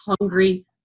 hungry